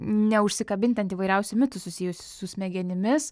neužsikabinti ant įvairiausių mitų susijusių su smegenimis